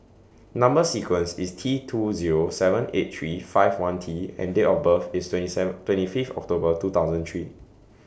Number sequence IS T two Zero seven eight three five one T and Date of birth IS twenty seven twenty Fifth October two thousand three